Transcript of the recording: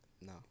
No